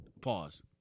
Pause